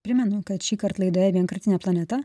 primenu kad šįkart laidoje vienkartinė planeta